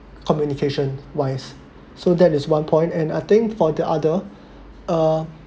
communication wise so that is one point and I think for the other uh